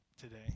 today